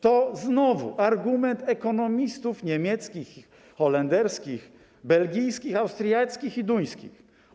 To znowu argument ekonomistów niemieckich, holenderskich, belgijskich, austriackich i duńskich.